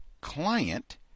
client